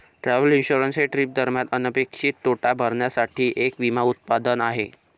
travel insurance हे trip दरम्यान अनपेक्षित तोटा भरण्यासाठी एक विमा उत्पादन आहे